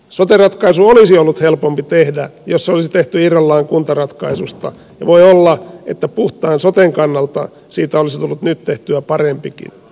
sote ratkaisu olisi ollut helpompi tehdä jos se olisi tehty irrallaan kuntaratkaisusta ja voi olla että puhtaan soten kannalta siitä olisi tullut nyt tehtyä parempikin